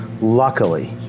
Luckily